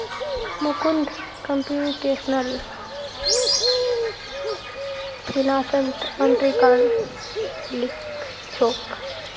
Mukund computational फिनांसत article लिखछोक